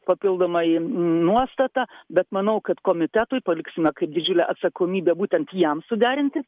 papildomai nuostatą bet manau kad komitetui paliksime kaip didžiulę atsakomybę būtent jam suderinti